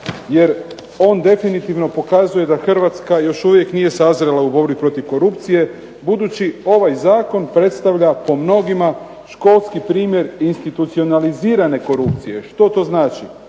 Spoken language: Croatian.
jer on definitivno pokazuje da Hrvatska još uvijek nije sazrela u borbi protiv korupcije budući ovaj zakon predstavlja po mnogima školski primjer institucionalizirane korupcije. Što to znači?